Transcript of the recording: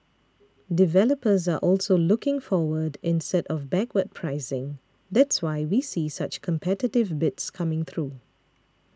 developers are also looking forward instead of backward pricing that's why we see such competitive bids coming through